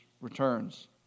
returns